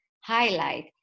highlight